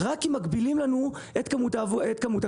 רק אם מגבילים לנו את כמות הכוורות.